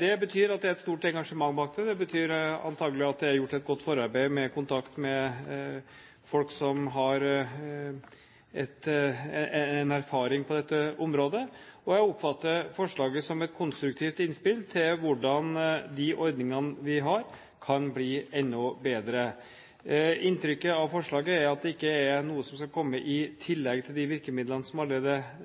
Det betyr at det er et stort engasjement bak det, det betyr antakelig at det er gjort et godt forarbeid med kontakt med folk som har erfaring på dette området, og jeg oppfatter forslaget som et konstruktivt innspill til hvordan de ordningene vi har, kan bli enda bedre. Inntrykket av forslaget er at det ikke er noe som skal komme i tillegg til de virkemidlene som allerede